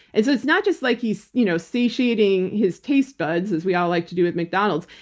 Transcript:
it's it's not just like he's you know satiating his taste buds as we all like to do with mcdonald's.